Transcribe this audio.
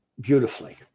beautifully